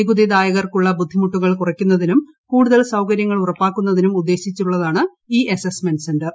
നികുതിദായകർക്കുള്ള ബുദ്ധിമുട്ടുകൾ കുറയ്ക്കുന്നതിനും കൂടുതൽ സൌകര്യങ്ങൾ ഉറപ്പാക്കുന്നതിനും ഇ അസ്സസ്മെന്റ് സെന്റർ